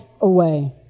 away